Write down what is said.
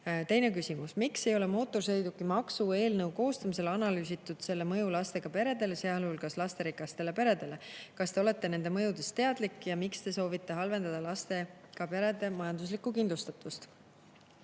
küsimus: "Miks ei ole mootorsõiduki maksu eelnõu koostamisel analüüsitud selle mõju lastega peredele, sealhulgas lasterikastele peredele? Kas Te olete nendest mõjudest teadlik ja miks Te soovite halvendada lastega perede majanduslikku kindlustatust?"